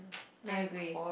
I agree